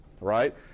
right